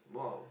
!wow!